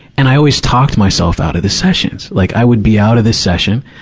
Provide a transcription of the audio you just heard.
and i always talked myself out of the sessions. like i would be out of the session,